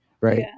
right